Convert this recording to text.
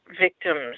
victims